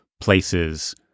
places